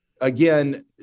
again